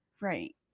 Right